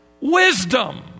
wisdom